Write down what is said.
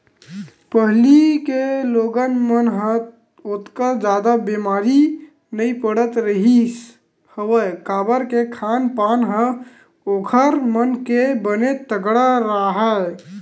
पहिली के लोगन मन ह ओतका जादा बेमारी नइ पड़त रिहिस हवय काबर के खान पान ह ओखर मन के बने तगड़ा राहय